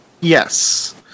Yes